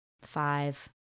five